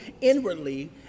inwardly